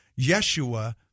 Yeshua